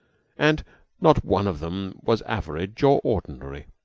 and not one of them was average or ordinary.